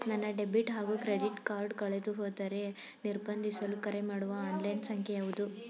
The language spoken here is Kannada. ನನ್ನ ಡೆಬಿಟ್ ಹಾಗೂ ಕ್ರೆಡಿಟ್ ಕಾರ್ಡ್ ಕಳೆದುಹೋದರೆ ನಿರ್ಬಂಧಿಸಲು ಕರೆಮಾಡುವ ಆನ್ಲೈನ್ ಸಂಖ್ಯೆಯಾವುದು?